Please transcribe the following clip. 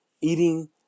eating